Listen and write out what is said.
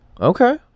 Okay